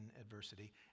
adversity